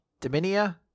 Dominia